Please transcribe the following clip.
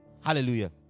Hallelujah